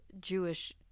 Jewish